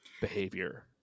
behavior